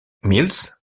mills